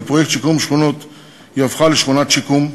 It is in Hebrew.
פרויקט שיקום שכונות היא הפכה לשכונת שיקום,